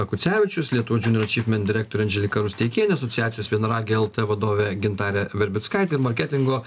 kucevičius lietuvos junior achievement direktorė andželika rusteikienė asociacijos vienaragiai lt vadovė gintarė verbickaitė ir marketingo